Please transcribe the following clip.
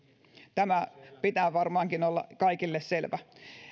tämän pitää varmaankin olla kaikille selvä